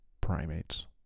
primates